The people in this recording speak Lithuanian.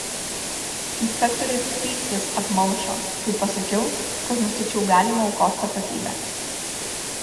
inspektoriui pyktis apmalšo kai pasakiau kad nustačiau galimą aukos tapatybę